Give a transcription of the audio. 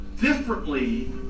differently